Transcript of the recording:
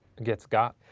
gets got.